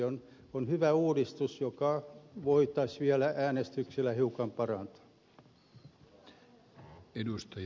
tämä on hyvä uudistus jota voitaisiin vielä äänestyksellä hiukan parantaa